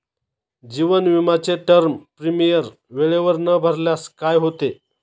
जीवन विमाचे term premium वेळेवर न भरल्यास काय होते?